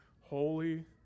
holy